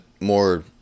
more